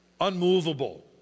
unmovable